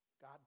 God